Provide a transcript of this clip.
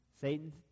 Satan